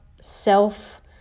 self